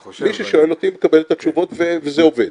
חושב -- מי ששואל אותי מקבל את התשובות וזה עובד.